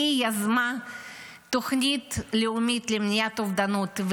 והיא יזמה תוכנית לאומית למניעת אובדנות.